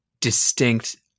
distinct